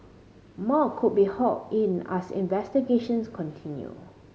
more could be hauled in as investigations continue